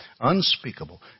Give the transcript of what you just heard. unspeakable